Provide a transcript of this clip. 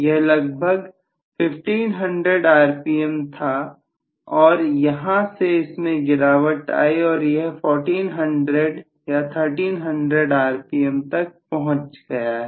यह लगभग 1500 rpm था और यहां से इसमें गिरावट आई और यह 1400 या 1300 rpm तक पहुंच गया है